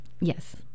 Yes